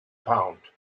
pound